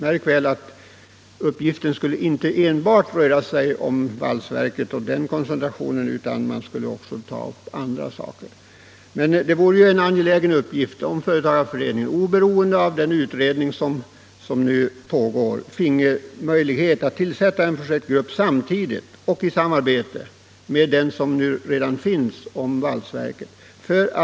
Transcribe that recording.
Märk väl att det inte enbart skulle röra sig om spridningseffekter som en följd av valsverket, utan man skulle också ta upp andra saker såsom möjligheter att öka underleveranser från andra stora företag. Det vore ju en angelägen uppgift att företagarföreningen, oberoende av den utredning som nu pågår, finge möjlighet att tillsätta en projektgrupp samtidigt och i samarbete med den som redan finns när det gäller valsverket samt i samarbete med andra företag.